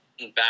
back